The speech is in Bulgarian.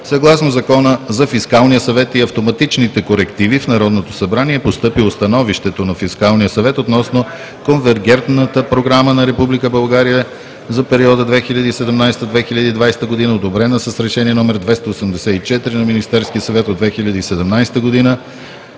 Съгласно Закона за Фискалния съвет и автоматичните корективи в Народното събрание е постъпило Становището на Фискалния съвет относно Конвергентната програма на Република България за периода 2017 – 2020 г., одобрена с Решение № 284 на Министерския съвет от 2017 г.